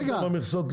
ירד המכס בביצים.